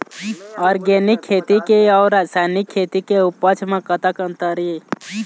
Organic खेती के अउ रासायनिक खेती के उपज म कतक अंतर हे?